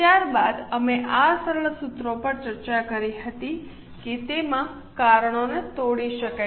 ત્યારબાદ અમે આ સરળ સૂત્રો પર ચર્ચા કરી હતી કે તેમાં કારણોને તોડી શકાય